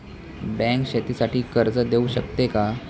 Bank शेतीसाठी कर्ज देऊ शकते का?